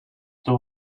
too